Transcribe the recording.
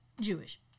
Jewish